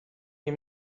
nie